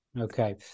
Okay